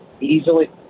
Easily